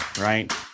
right